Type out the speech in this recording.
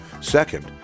Second